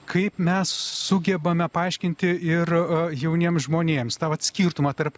kaip mes sugebame paaiškinti ir jauniems žmonėms tą skirtumą tarp